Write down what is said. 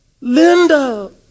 Linda